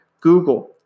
Google